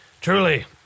Truly